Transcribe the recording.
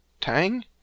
Tang